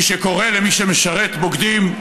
מי שקורא למי שמשרת "בוגדים",